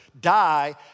die